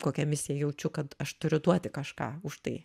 kokią misiją jaučiu kad aš turiu duoti kažką už tai